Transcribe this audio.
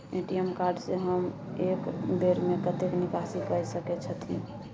ATM card से हम एक बेर में कतेक निकासी कय सके छथिन?